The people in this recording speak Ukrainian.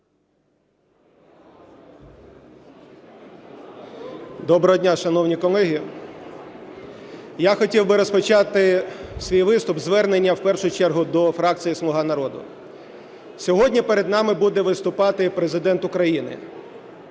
Доброго дня, шановні колеги! Я хотів би розпочати свій виступ зі звернення в першу чергу до фракції "Слуга народу". Сьогодні перед нами буде виступати Президент України.